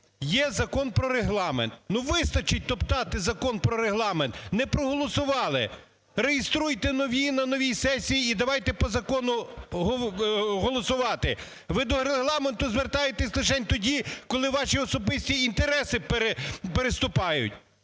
є Закон про Регламент. Ну вистачить топтати Закон про Регламент. Не проголосували – реєструйте нові на новій сесії і давайте по закону голосувати. Ви до Регламенту звертаєтесь лишень тоді, коли ваші особисті інтереси переступають.